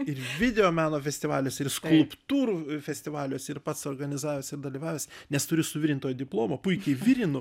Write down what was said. ir videomeno festivaliuose ir skulptūrų festivaliuose ir pats organizavęs ir dalyvavęs nes turiu suvirintojo diplomą puikiai virinu